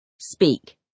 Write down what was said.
speak